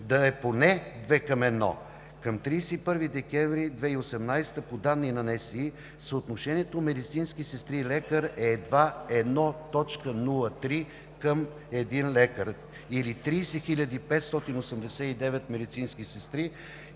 да е поне две към едно. Към 31 декември 2018 г. по данни на НСИ съотношението на медицински сестри – лекар е 1,03 към 1, или 30 589 медицински сестри